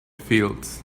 fields